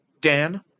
Dan